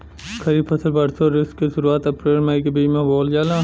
खरीफ फसल वषोॅ ऋतु के शुरुआत, अपृल मई के बीच में बोवल जाला